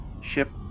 Ship